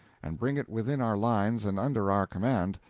and bring it within our lines and under our command,